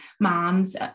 moms